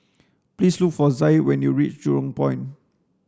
please look for Zaid when you reach Jurong Point